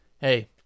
Hey